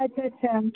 अच्छा अच्छा